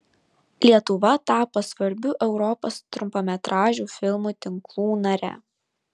lietuva tapo svarbių europos trumpametražių filmų tinklų nare